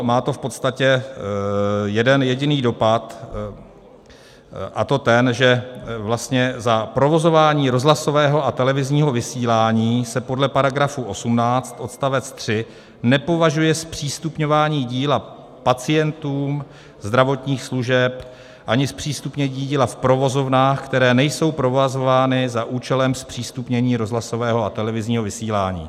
Má to v podstatě jeden jediný dopad, a to ten, že vlastně za provozování rozhlasového a televizního vysílání se podle § 18 odst. 3 nepovažuje zpřístupňování díla pacientům zdravotních služeb ani zpřístupnění díla v provozovnách, které nejsou provozovány za účelem zpřístupnění rozhlasového a televizního vysílání.